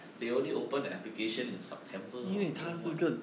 they only open the application in september or don't know what